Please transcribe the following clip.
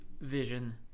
vision